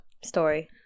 story